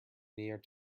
near